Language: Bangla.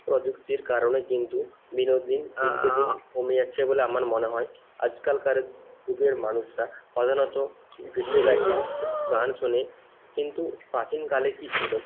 প্রযুক্তির কারণে কিন্তু বিনোদন দিনকে দিন কমে যাচ্ছে বলে আমার মনে হয় আজকালকার যুগের মানুষরা প্রধানত ভিডিও দেখে গান শোনে কিন্তু প্রাচীনকালে কি ছিল